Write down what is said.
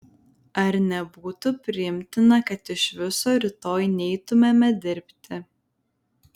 ar nebūtų priimtina kad iš viso rytoj neitumėme dirbti